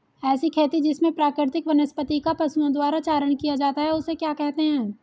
ऐसी खेती जिसमें प्राकृतिक वनस्पति का पशुओं द्वारा चारण किया जाता है उसे क्या कहते हैं?